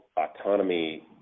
autonomy